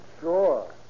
Sure